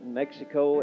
mexico